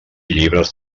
llibres